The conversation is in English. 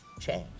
Change